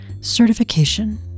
certification